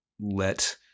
let